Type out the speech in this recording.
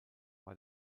war